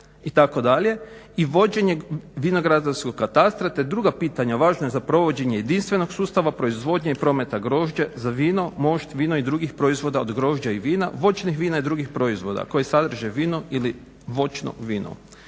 itd. i vođenje vinogradarskog katastra te druga pitanja važna za provođenje jedinstvenog sustava proizvodnje i prometa grožđe za vino, mošt, vino i drugih proizvoda od grožđa i vina, voćnih vina i drugih proizvoda koji sadrže vino ili voćno vino.